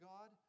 God